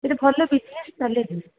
ଏଠି ଭଲ ବିଜନେସ୍ ଚାଲେ ବି